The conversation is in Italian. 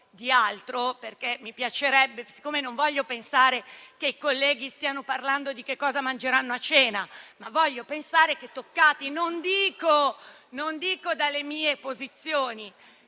non voglio pensare che i colleghi stiano parlando di che cosa mangeranno a cena, ma voglio pensare che siano toccati non dico dalle mie posizioni,